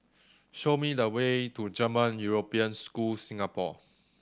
show me the way to German European School Singapore